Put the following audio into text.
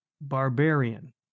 Barbarian